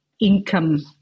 income